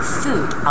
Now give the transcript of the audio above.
food